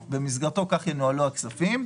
המנגנון הזה מבטיח שהעסק ינוהל מבחינת העמית באותו